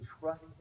trust